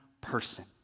person